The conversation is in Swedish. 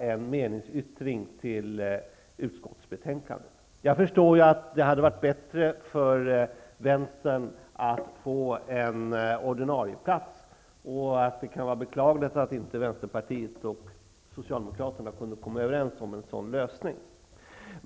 en meningsyttring fogad till utskottets betänkande. Jag förstår att det hade varit bättre för Vänstern om man kunde få en ordinarieplats. Det är beklagligt att Vänsterpartiet och Socialdemokraterna inte kunde komma överens om en sådan lösning.